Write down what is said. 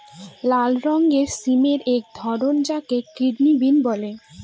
লাল রঙের সিমের একটি ধরন যাকে কিডনি বিন বলে